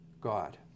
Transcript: God